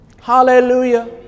hallelujah